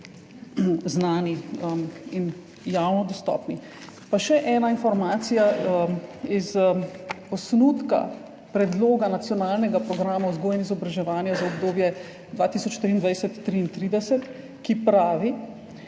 znani in javno dostopni. Pa še ena informacija, iz osnutka predloga Nacionalnega programa vzgoje in izobraževanja za obdobje 2023–2033, ki pravi,